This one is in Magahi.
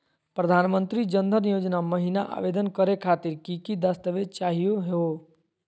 प्रधानमंत्री जन धन योजना महिना आवेदन करे खातीर कि कि दस्तावेज चाहीयो हो?